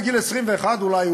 בגיל 21 אולי,